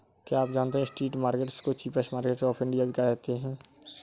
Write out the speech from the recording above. क्या आप जानते है स्ट्रीट मार्केट्स को चीपेस्ट मार्केट्स ऑफ इंडिया भी कहते है?